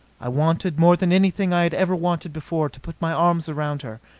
i wanted, more than anything i had ever wanted before, to put my arms around her.